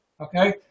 okay